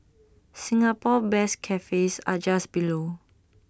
Singapore best cafes are just below